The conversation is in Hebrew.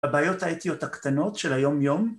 הבעיות האתיות הקטנות של היום יום